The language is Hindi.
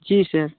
जी सर